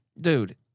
dude